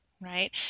right